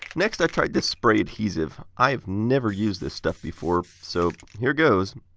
next i tried this spray adhesive. i've never used this stuff before, so here goes.